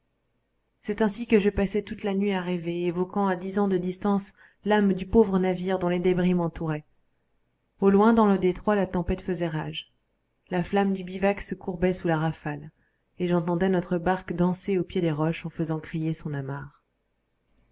c'est ainsi que je passai toute la nuit à rêver évoquant à dix ans de distance l'âme du pauvre navire dont les débris m'entouraient au loin dans le détroit la tempête faisait rage la flamme du bivac se courbait sous la rafale et j'entendais notre barque danser au pied des roches en faisant crier son amarre